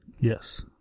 Yes